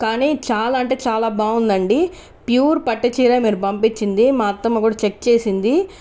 కానీ చాలా అంటే చాలా బాగుందండి ప్యూర్ పట్టుచీర మీరు పంపించింది మా అత్తమ్మ కూడా చెక్ చేసింది